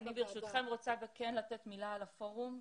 אני ברשותם רוצה כן לתת מילה על הפורום,